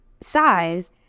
size